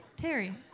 Terry